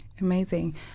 amazing